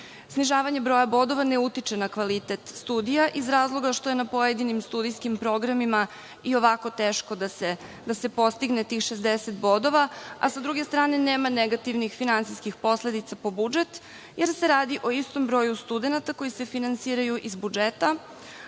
broja bodova ne utiče na kvalitet studija, iz razloga što je na pojedinim studijskim programima i ovako teško da se postigne tih 60 bodova, a sa druge strane nema negativnih finansijskih posledica po budžet, jer se radi o istom broju studenata koji se finansiraju iz budžeta,